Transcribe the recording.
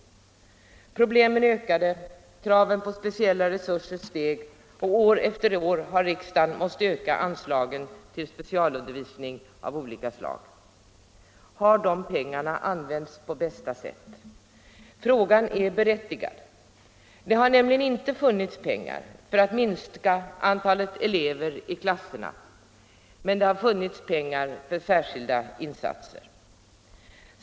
Problemen ökade, kraven på speciella resurser steg, och år efter år har riksdagen måst öka anslagen till specialundervisning av olika slag. Har de pengarna använts på bästa sätt? Frågan är berättigad. Det har nämligen inte funnits pengar för att minska antalet elever i klasserna, men det har funnits pengar för särskilda insatser.